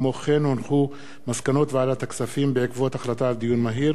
מסקנות ועדת הכספים בעקבות דיון מהיר